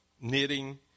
knitting